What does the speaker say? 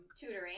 tutoring